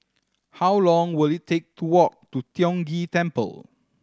how long will it take to walk to Tiong Ghee Temple